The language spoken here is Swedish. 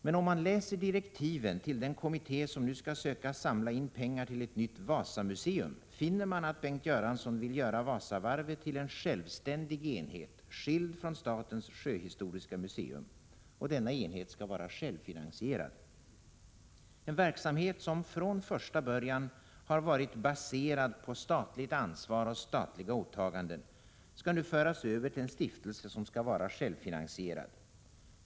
Men om man läser direktiven till den kommitté som nu skall söka samla in pengar till ett nytt Wasamuseum, finner man att Bengt Göransson vill göra Wasavarvet till en självständig enhet, skild från statens sjöhistoriska museum. Denna enhet skall vara självfinansierad. En verksamhet som från första början har varit baserad på statligt ansvar och statliga åtaganden skall nu föras över till en stiftelse som skall vara självfinansierad.